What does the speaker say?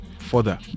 further